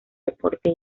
deporte